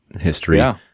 history